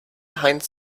heinz